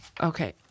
Okay